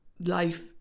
life